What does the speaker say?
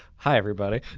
hi everybody.